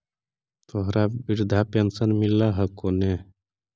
तोहरा वृद्धा पेंशन मिलहको ने?